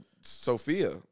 Sophia